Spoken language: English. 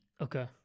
Okay